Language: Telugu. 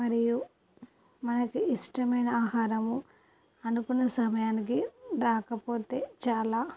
మరియు మనకి ఇష్టమైన ఆహారము అనుకున్న సమయానికి రాకపోతే చాలా